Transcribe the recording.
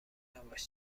نباش